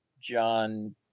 John